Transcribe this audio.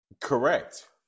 Correct